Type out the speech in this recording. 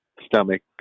stomach